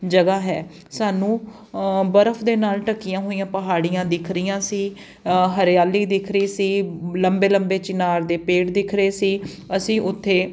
ਜਗ੍ਹਾ ਹੈ ਸਾਨੂੰ ਬਰਫ਼ ਦੇ ਨਾਲ ਢੱਕੀਆਂ ਹੋਈਆਂ ਪਹਾੜੀਆਂ ਦਿੱਖ ਰਹੀਆਂ ਸੀ ਹਰਿਆਲੀ ਦਿੱਖ ਰਹੀ ਸੀ ਲੰਬੇ ਲੰਬੇ ਚਿਨਾਰ ਦੇ ਪੇੜ ਦਿੱਖ ਰਹੇ ਸੀ ਅਸੀਂ ਉੱਥੇ